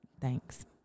Thanks